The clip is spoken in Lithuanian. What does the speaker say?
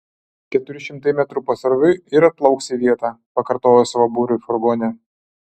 keturi šimtai metrų pasroviui ir atplauks į vietą pakartojo savo būriui furgone